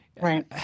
Right